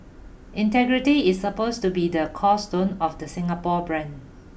integrity is supposed to be the cornerstone of the Singapore brand